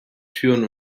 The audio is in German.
türen